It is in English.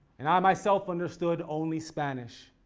and i myself understood only spanish.